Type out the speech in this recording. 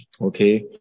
Okay